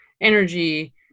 energy